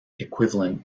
equivalent